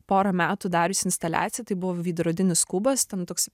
porą metų darius instaliaciją tai buvo veidrodinis kubas ten toks